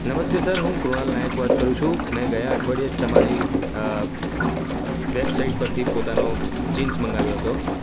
નમસ્તે સર હું કૃણાલ નાયક વાત કરું છું મેં ગયા અઠવાડિયે તમારી વેબસાઈટ પરથી પોતાનો જીન્સ મંગાવ્યો હતો